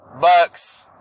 Bucks